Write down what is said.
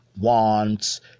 wants